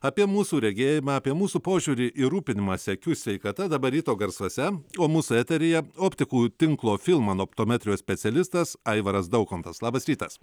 apie mūsų regėjimą apie mūsų požiūrį į rūpinimąsi akių sveikata dabar ryto garsuose o mūsų eteryje optikų tinklo filman optometrijos specialistas aivaras daukontas labas rytas